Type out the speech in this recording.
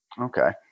okay